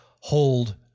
hold